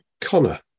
Connor